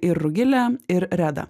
ir rugilę ir redą